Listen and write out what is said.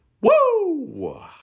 Woo